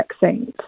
vaccines